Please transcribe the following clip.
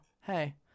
hey